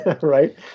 Right